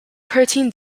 protein